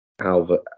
Albert